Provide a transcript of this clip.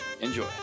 Enjoy